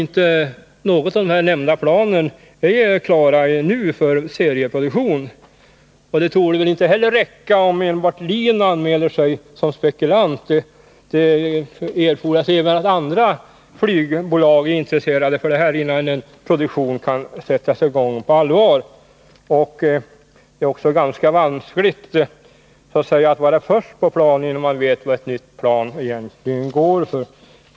Inte någon av nämnda plantyper är ännu klar för serieproduktion. Det torde heller inte räcka med att enbart LIN anmäler sig som spekulant. Det erfordras att även andra flygbolag anmäler sitt intresse innan en produktion på allvar kan sättas i gång. Det är också ganska vanskligt att så att säga vara först på plan. Man vet ju då inte vad ett nytt plan egentligen går för.